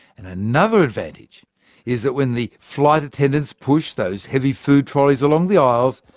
and another advantage is that when the flight attendants push those heavy food trolleys along the aisles,